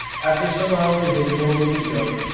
after some hours they told me the joke,